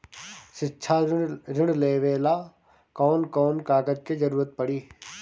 शिक्षा ऋण लेवेला कौन कौन कागज के जरुरत पड़ी?